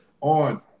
on